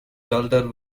calder